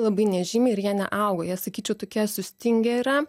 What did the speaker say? labai nežymiai ir jie neauga jie sakyčiau tokie sustingę yra